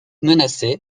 menacée